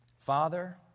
Father